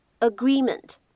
agreement